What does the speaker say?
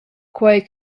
quei